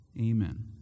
Amen